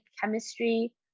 chemistry